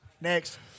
Next